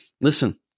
listen